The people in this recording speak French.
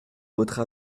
votre